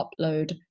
upload